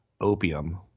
opium